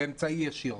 אלא באמצעי ישיר.